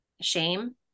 shame